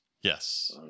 Yes